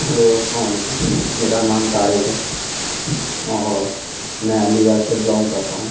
hello السلام علیکم میرا نام طارق ہے اور میں علی گڑھ سے بلانگ کرتا ہوں